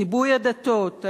ריבוי הדתות,